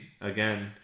Again